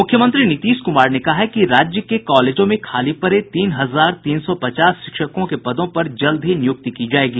मुख्यमंत्री नीतीश कुमार ने कहा है कि राज्य के कॉलेजों में खाली पड़े तीन हजार तीन सौ पचास शिक्षकों के पदों पर जल्द ही नियुक्ति की जायेगी